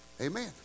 Amen